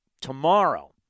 tomorrow